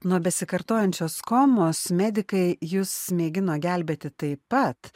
nuo besikartojančios komos medikai jus mėgino gelbėti taip pat